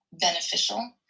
beneficial